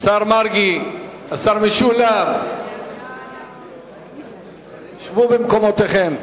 השר מרגי, השר משולם, שבו במקומותיכם.